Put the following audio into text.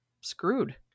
screwed